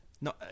No